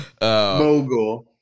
Mogul